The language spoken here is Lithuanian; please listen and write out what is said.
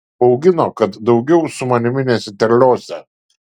baugino kad daugiau su manimi nesiterliosią